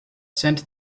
sent